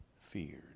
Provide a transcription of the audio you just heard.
feared